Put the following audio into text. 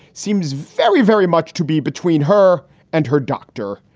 seems very, very much to be between her and her doctor.